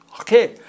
Okay